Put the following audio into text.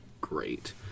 great